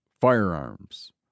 firearms